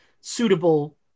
suitable